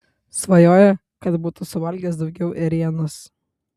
svajoja kad būtų suvalgęs daugiau ėrienos